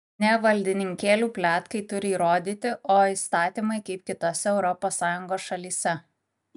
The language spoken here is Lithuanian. ne valdininkėlių pletkai turi įrodyti o įstatymai kaip kitose europos sąjungos šalyse